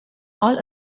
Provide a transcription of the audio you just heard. all